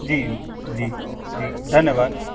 जी जी जी धन्यवाद